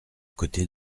côté